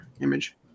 image